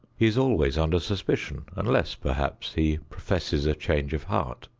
he is always under suspicion unless, perhaps, he professes a change of heart.